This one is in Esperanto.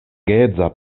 geedza